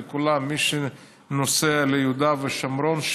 לכולם: מי שנוסע ליהודה ושומרון,